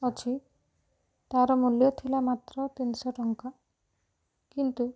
ଅଛି ତାର ମୂଲ୍ୟ ଥିଲା ମାତ୍ର ତିନିଶହ ଟଙ୍କା କିନ୍ତୁ